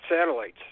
satellites